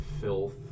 filth